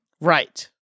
right